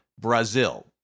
brazil